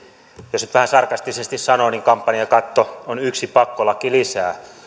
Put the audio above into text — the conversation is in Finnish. jos nyt vähän sarkastisesti sanon niin kampanjakatto on yksi pakkolaki lisää